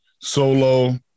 Solo